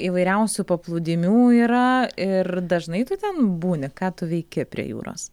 įvairiausių paplūdimių yra ir dažnai tu ten būni ką tu veiki prie jūros